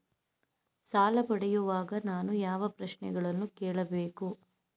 ಸಾಲ ಪಡೆಯುವಾಗ ನಾನು ಯಾವ ಪ್ರಶ್ನೆಗಳನ್ನು ಕೇಳಬೇಕು?